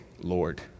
Lord